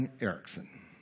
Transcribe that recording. Erickson